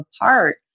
apart